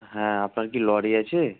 হ্যাঁ আপনার কি লরি আছে